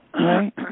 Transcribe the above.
Right